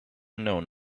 known